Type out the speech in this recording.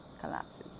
collapses